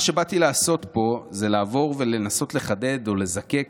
מה שבאתי לעשות פה זה לעבור ולנסות לחדד או לזקק